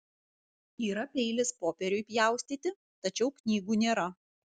yra peilis popieriui pjaustyti tačiau knygų nėra